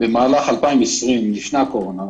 במהלך 2020 לפני הקורונה,